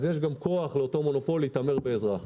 אז יש גם כוח לאותו מונופול להתעמר באזרח.